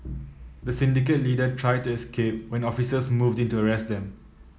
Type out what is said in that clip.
the syndicate leader tried to escape when officers moved in to arrest them